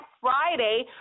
Friday